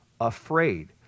afraid